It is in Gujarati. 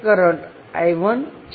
તે લાલ વાયર શૂન્ય કરંટ ધરાવે છે